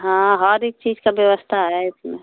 हाँ हर एक चीज़ की व्यवस्था है इसमें